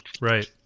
Right